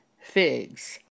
figs